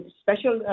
special